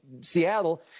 Seattle